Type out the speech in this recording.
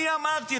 אני אמרתי,